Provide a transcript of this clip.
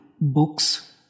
books